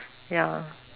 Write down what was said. ya lor